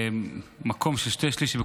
מקום של שני שלישים,